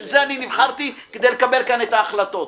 בשביל זה נבחרתי כדי לקבל כאן את ההחלטות.